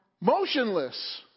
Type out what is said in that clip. motionless